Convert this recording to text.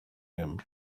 him